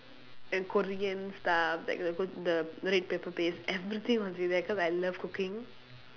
and korean stuff like the go~ the the red pepper paste everything must be there cause I love cooking